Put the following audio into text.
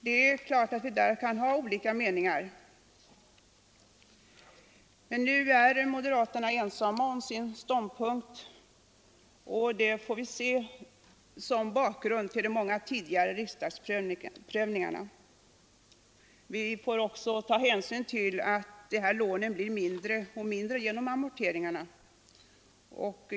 Det är klart att vi därvidlag kan ha olika meningar, men moderaterna är nu ensamma om sin ståndpunkt, och detta får ses som bakgrund till de många tidigare riksdagsprövningarna. Vi får också ta hänsyn till att dessa lån blir mindre och mindre genom amorteringarna.